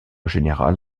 général